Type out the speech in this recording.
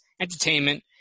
entertainment